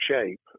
shape